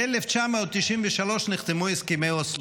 ב-1993 נחתמו הסכמי אוסלו.